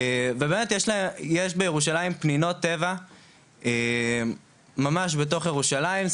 ובאמת יש בירושלים פנינות טבע ממש בתוך ירושלים,